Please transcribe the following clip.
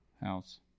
house